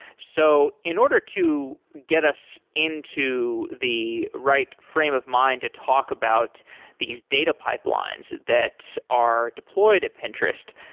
so in order to get us into the right frame of mind to talk about these data pipelines that are deployed at pinterest,